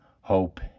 hope